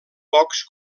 pocs